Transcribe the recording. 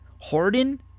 Harden